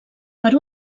per